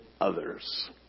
others